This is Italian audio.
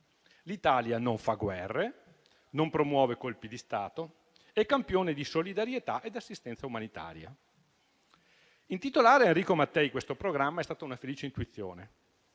L'Italia non fa guerre, non promuove colpi di stato, è campione di solidarietà e di assistenza umanitaria. Intitolare a Enrico Mattei questo programma è stata una felice intuizione.